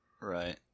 Right